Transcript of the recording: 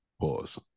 Pause